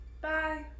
bye